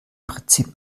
prinzip